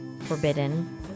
forbidden